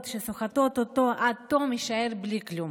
שסוחטות אותו עד תום יישאר בלי כלום.